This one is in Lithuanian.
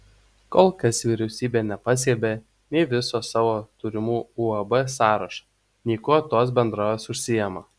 kol kas vyriausybė nepaskelbė nei viso savo turimų uab sąrašo nei kuo tos bendrovės užsiima